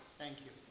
thank you.